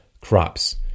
crops